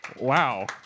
Wow